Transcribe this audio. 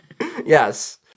yes